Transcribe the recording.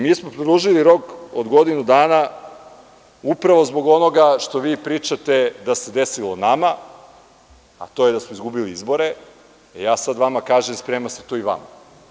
Mi smo predložili rok od godinu upravo zbog onoga što vi pričate da se desilo nama, a to je da smo izgubili izbore, a ja sad vama kažem – sprema se to i vama.